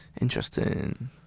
Interesting